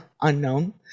unknown